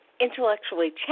intellectually